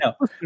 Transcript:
no